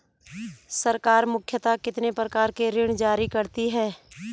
सरकार मुख्यतः कितने प्रकार के ऋण जारी करती हैं?